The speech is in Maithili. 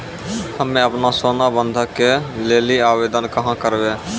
हम्मे आपनौ सोना बंधन के लेली आवेदन कहाँ करवै?